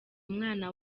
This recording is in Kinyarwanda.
umwana